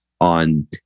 On